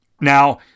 Now